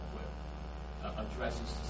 addresses